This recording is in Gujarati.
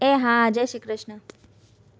એ હા જયશ્રી કૃષ્ણ